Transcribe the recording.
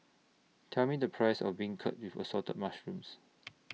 Tell Me The Price of Beancurd with Assorted Mushrooms